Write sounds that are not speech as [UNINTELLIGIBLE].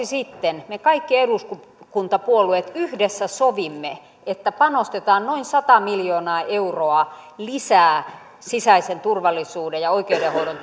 [UNINTELLIGIBLE] sitten me kaikki eduskuntapuolueet yhdessä sovimme että panostetaan noin sata miljoonaa euroa lisää sisäisen turvallisuuden ja oikeudenhoidon [UNINTELLIGIBLE]